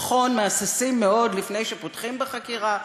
נכון, מהססים מאוד לפני שפותחים בחקירה.